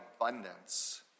abundance